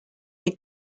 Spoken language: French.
est